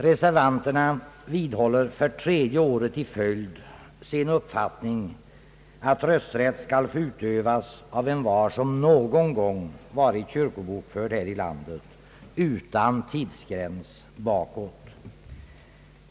Reservanterna vidhåller för tredje året i följd sin uppfattning att rösträtt skall få utövas av envar som någon gång varit kyrkobokförd här i landet — utan tidsgräns bakåt.